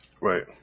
Right